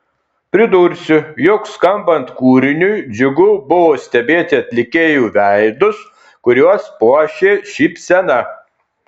pridursiu jog skambant kūriniui džiugu buvo stebėti atlikėjų veidus kuriuos puošė šypsena